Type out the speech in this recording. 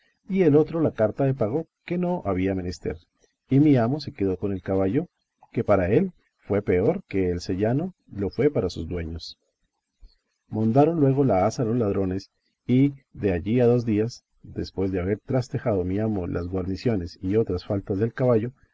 y el otro la carta de pago que no había menester y mi amo se quedó con el caballo que para él fue peor que el seyano lo fue para sus dueños mondaron luego la haza los ladrones y de allí a dos días después de haber trastejado mi amo las guarniciones y otras faltas del caballo